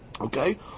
Okay